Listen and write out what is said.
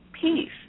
peace